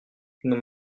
nous